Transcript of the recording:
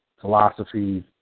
philosophies